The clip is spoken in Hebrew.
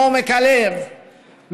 מעומק הלב,